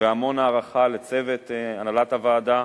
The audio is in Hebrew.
והמון הערכה לצוות הנהלת הוועדה: